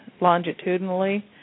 longitudinally